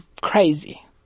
crazy